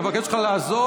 אני מבקש ממך לעזוב.